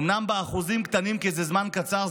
אומנם באחוזים קטנים כי זה זמן קצר,